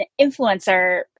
influencer